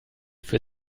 für